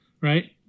right